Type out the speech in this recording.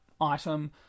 item